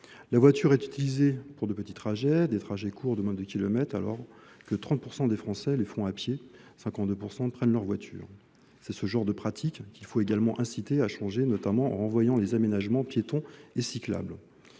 la voiture est utilisée pour de petits trajets des trajets courts de moins de kilomètres alors que trente pour cent des français les font à pied cinquante deux pour cent prennent leur voiture c'est ce genre de pratiques qu'il faut également inciter à changer notamment en renvoyant les aménagements piétons et cyclables